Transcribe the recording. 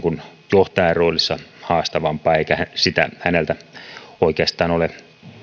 johtajan roolissa haastavampaa eikä sitä häneltä oikeastaan ole